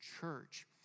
church